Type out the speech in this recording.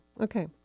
Okay